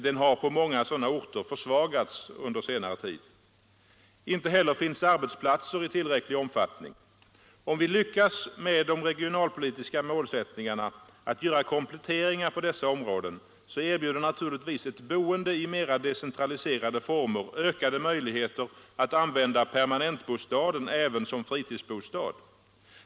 Den har på många sådana orter försvagats under senare år. Inte heller finns arbetsplatser i tillräcklig omfattning. Om vi lyckas med den regionalpolitiska målsättningen att göra kompletteringar på dessa områden, så erbjuder naturligtvis ett boende i mera decentraliserade former ökade möjligheter att använda permanentbostaden även som fritidsbostad.